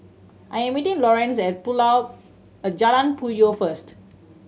I am meeting Lorenz at at Jalan Puyoh first